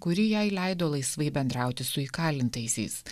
kuri jai leido laisvai bendrauti su įkalintaisiais